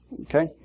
Okay